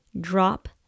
drop